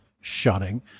shutting